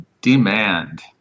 Demand